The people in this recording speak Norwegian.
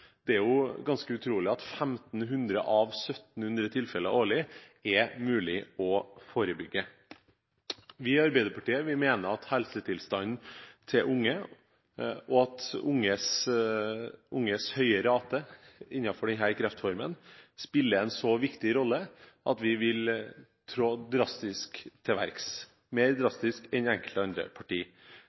Det er ganske utrolig at 1 500 av 1 700 tilfeller årlig er mulig å forebygge. Vi i Arbeiderpartiet mener at helsetilstanden til unge og unges høye rate innenfor denne kreftformen spiller en så viktig rolle at vi vil gå drastisk til verks, mer drastisk enn enkelte andre parti.